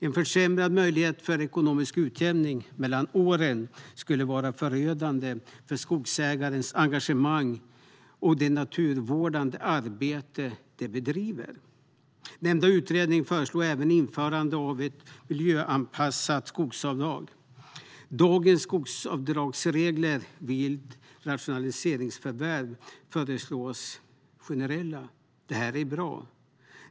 En försämrad möjlighet till ekonomisk utjämning mellan åren skulle vara förödande för skogsägares engagemang och det naturvårdande arbete de bedriver. Nämnda utredning föreslår även införande av ett miljöanpassat skogsavdrag. Dagens skogsavdragsregler vid rationaliseringsförvärv föreslås bli generella. Det är bra.